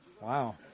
Wow